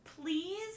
please